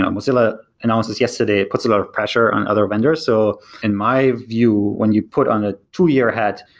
ah mozilla announces yesterday, it puts a lot of pressure on other vendors. so in my view, when you put on a two-year hat,